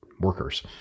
workers